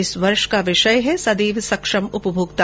इस वर्ष का विषय है सदैव सक्षम उपभोक्ता